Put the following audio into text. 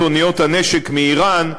את אוניות הנשק מאיראן,